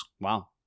Wow